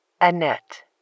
Annette